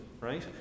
right